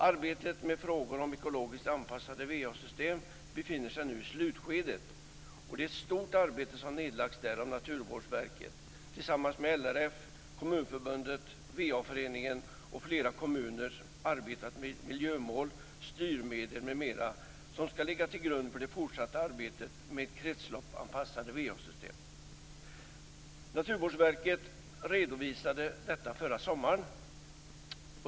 Arbetet med frågor om ekologiskt anpassade va-system befinner sig nu i slutskedet. Det är ett stort arbete som nedlagts där Naturvårdsverket tillsammans med LRF, Kommunförbundet, Vattenföreningen och flera kommuner arbetat med de miljömål, styrmedel m.m. som skall ligga till grund för det fortsatta arbetet med kretsloppsanpassade va-system. Naturvårdsverket redovisade detta förra sommaren.